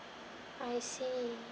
I see